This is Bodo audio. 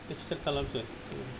एक्सेप खालामसै